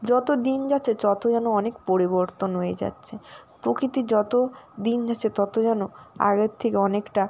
যতো দিন যাচ্ছে ততো যেন অনেক পরিবর্তন হয়ে যাচ্ছে প্রকৃতি যতো দিন যাচ্ছে তত যেন আগের থেকে অনেকটা